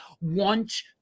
want